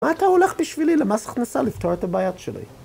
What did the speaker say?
מה אתה הולך בשבילי למס הכנסה לפתור את הבעיות שלי?